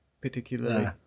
particularly